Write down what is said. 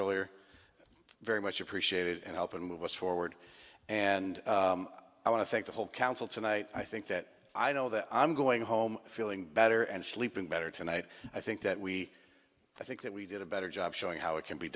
are very much appreciated and help and move us forward and i want to thank the whole council tonight i think that i know that i'm going home feeling better and sleeping better tonight i think that we i think that we did a better job showing how it can be